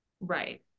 Right